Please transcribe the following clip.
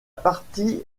partie